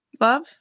love